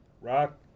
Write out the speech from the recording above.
Rock